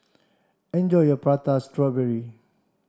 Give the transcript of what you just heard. enjoy your prata strawberry